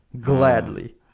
gladly